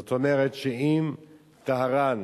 זאת אומרת שאם טהרן